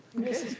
mrs.